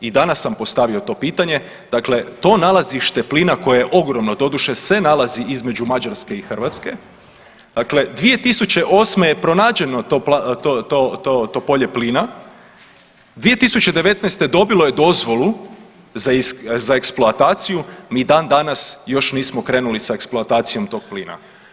I danas sam postavio to pitanje, dakle to nalazište plina koje je ogromno, doduše se nalazi između Mađarske i Hrvatske, dakle 2008. je pronađeno to polje plina, 2019. dobilo je dozvolu za eksploataciju, mi dan-danas još nismo krenuli sa eksploatacijom tog plina.